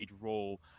role